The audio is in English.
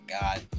God